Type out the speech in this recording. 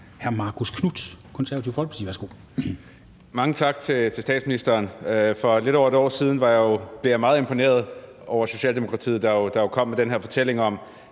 14:24 Marcus Knuth (KF): Mange tak til statsministeren. For lidt over et år siden blev jeg meget imponeret over Socialdemokratiet, der jo kom med den her fortælling om,